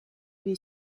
lui